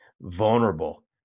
vulnerable